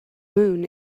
moon